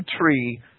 tree